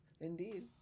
indeed